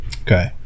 Okay